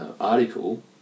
article